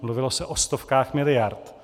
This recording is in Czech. Mluvilo se o stovkách miliard.